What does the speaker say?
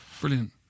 brilliant